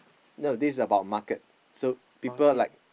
no this about market so people like